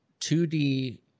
2D